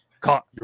caught